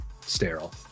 sterile